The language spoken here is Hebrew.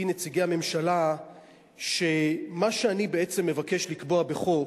נציגי הממשלה שמה שאני מבקש לקבוע בחוק,